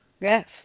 Yes